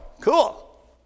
Cool